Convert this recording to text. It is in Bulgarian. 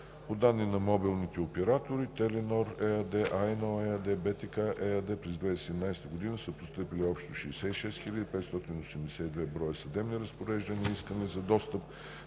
По данни от мобилните оператори – „Теленор“ ЕАД, „А1“ ЕАД и „БТК“ ЕАД през 2017 г. са постъпили общо 66 582 броя съдебни разпореждания и искания за достъп